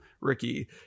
Ricky